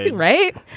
right?